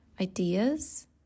ideas